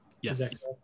Yes